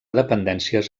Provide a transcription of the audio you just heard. dependències